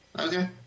Okay